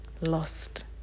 lost